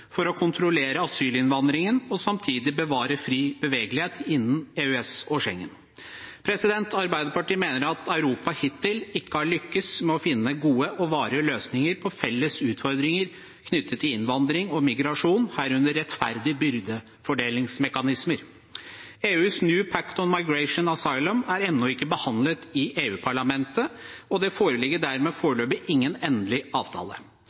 for å kontrollere asylinnvandringen og samtidig bevare fri bevegelighet innen EØS og Schengen. Arbeiderpartiet mener at Europa hittil ikke har lyktes med å finne gode og varige løsninger på felles utfordringer knyttet til innvandring og migrasjon, herunder rettferdige byrdefordelingsmekanismer. EUs New Pact on Migration and Asylum er ennå ikke behandlet i EU-parlamentet, og det foreligger dermed foreløpig ingen endelig avtale.